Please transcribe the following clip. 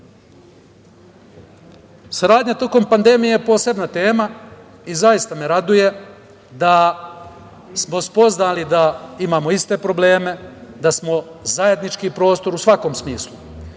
države. Saradnja tokom pandemije je posebna tema i zaista me raduje da smo spoznali da imamo iste probleme, da smo zajednički prostor u svakom smislu.